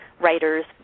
writers